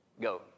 Go